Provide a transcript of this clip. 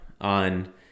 On